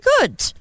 good